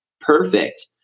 Perfect